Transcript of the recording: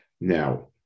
Now